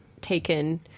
taken